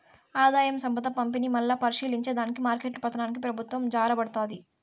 ఆదాయం, సంపద పంపిణీ, మల్లా పరిశీలించే దానికి మార్కెట్ల పతనానికి పెబుత్వం జారబడతాది